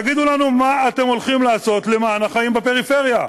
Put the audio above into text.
תגידו לנו מה אתם הולכים לעשות למען החיים בפריפריה.